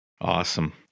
awesome